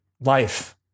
life